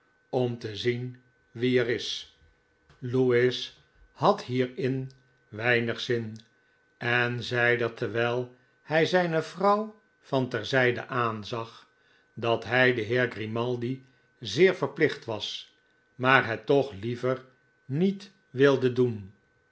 om te zien wie er is lewis had hierin weinig zin en zeide terwijl hij zijne vrouw van ter zijde aanzag dat hij den heer grimaldi zeer verplicht was maar het toch liever niet wilde doen